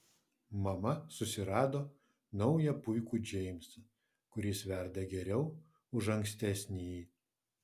mama susirado naują puikų džeimsą kuris verda geriau už ankstesnįjį